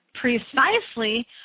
precisely